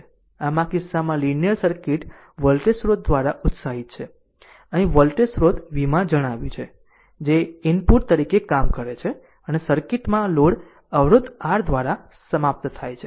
આમ આ કિસ્સામાં લીનીયર સર્કિટ વોલ્ટેજ સ્ત્રોત V દ્વારા ઉત્સાહિત છે અહીં વોલ્ટેજ સ્ત્રોત v માં જણાવ્યું છે જે ઇનપુટ તરીકે કામ કરે છે અને સર્કિટ માં લોડ અવરોધ r દ્વારા સમાપ્ત થાય છે